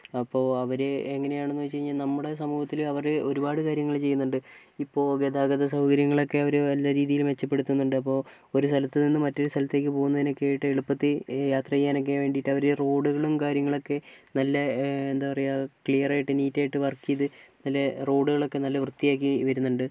അപ്പോൾ അവർ എങ്ങനെയാണെന്ന് വച്ചുകഴിഞ്ഞാൽ നമ്മുടെ സമൂഹത്തിൽ അവർ ഒരുപാട് കാര്യങ്ങൾ ചെയ്യുന്നുണ്ട് ഇപ്പോൾ ഗതാഗത സൗകര്യങ്ങളൊക്കെ അവർ നല്ലരീതിയിൽ മെച്ചപ്പെടുത്തുന്നുണ്ട് അപ്പോൾ ഒരു സ്ഥലത്ത് നിന്ന് മറ്റൊരു സ്ഥലത്തേയ്ക്ക് പോകുന്നതിനൊക്കെയായിട്ട് എളുപ്പത്തിൽ യാത്ര ചെയ്യാനൊക്കെ വേണ്ടിയിട്ട് അവർ റോഡുകളും കാര്യങ്ങളൊക്കെ നല്ല എന്താ പറയുക ക്ലിയർ ആയിട്ട് നീറ്റ് ആയിട്ട് വർക്ക് ചെയ്ത് നല്ല റോഡുകളൊക്കെ നല്ല വൃത്തിയാക്കി വരുന്നുണ്ട്